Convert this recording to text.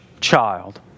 child